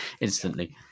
instantly